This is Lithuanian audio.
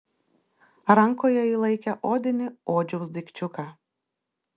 rankoje ji laikė odinį odžiaus daikčiuką